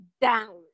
down